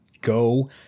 Go